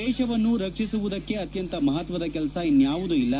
ದೇಶವನ್ನು ರಕ್ಷಿಸುವುದಕ್ಕಿಂತ ಅತ್ತಂತ ಮಹತ್ವದ ಕೆಲಸ ಇನ್ಯಾವುದು ಇಲ್ಲ